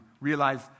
realize